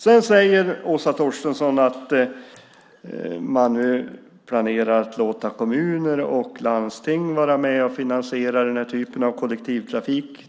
Sedan säger Åsa Torstensson att man nu planerar att låta kommuner och landsting vara med och finansiera den här typen av kollektivtrafik.